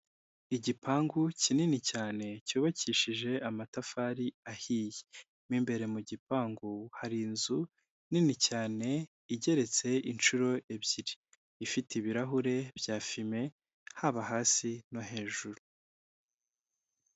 Igipangu kinini cyane cyubakishije amatafari ahiye. Mo imbere mu gipangu hari inzu nini cyane igeretse inshuro ebyiri, ifite ibirahure bya fume, haba hasi no hejuru.